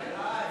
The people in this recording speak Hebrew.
הודעת